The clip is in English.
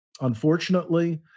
unfortunately